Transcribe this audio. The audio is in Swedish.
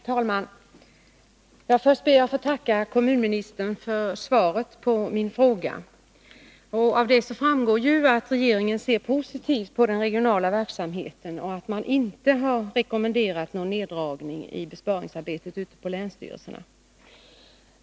Herr talman! Först ber jag att få tacka kommunministern för svaret på min fråga. Av svaret framgår ju att regeringen ser positivt på den regionala hemkonsulentverksamheten och inte har rekommenderat någon neddragning av denna i samband med besparingsarbetet ute på länsstyrelserna.